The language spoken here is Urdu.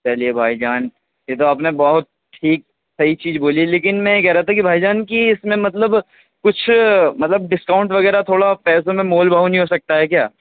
چلیے بھائی جان یہ تو آپ نے بہت ٹھیک صحیح چیز بولی ہے لیکن میں یہ کہہ رہا تھا کہ بھائی جان کہ اس میں مطلب کچھ مطلب ڈسکاؤنٹ وغیرہ تھوڑا پیسوں میں مول بھاؤ نہیں ہوسکتا ہے کیا